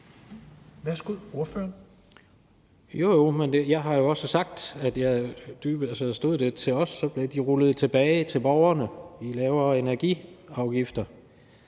Jens Rohde (KD): Jo, jo, men jeg har jo også sagt, at stod det til os, blev de rullet tilbage til borgerne i lavere energiafgifter.